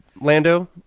Lando